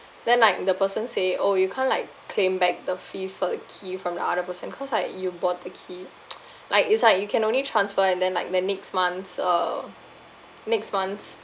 then like the person say oh you can't like claim back the fees for the key from the other person cause like you bought the key like it's like you can only transfer and then like the next month uh next month